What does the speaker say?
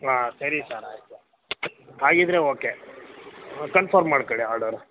ಹಾಂ ಸರಿ ಸರ್ ಆಯಿತು ಹಾಗಿದ್ದರೆ ಓಕೆ ಕನ್ಫರ್ಮ್ ಮಾಡ್ಕೊಳಿ ಆರ್ಡರು